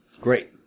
Great